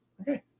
Okay